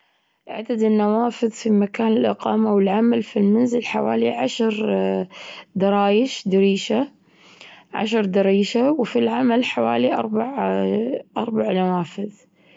عدد النوافذ في مكان الإقامة والعمل، في المنزل حوالي عشر درايش دريشة عشر دريشة، وفي العمل حوالي أربع- أربع نوافذ.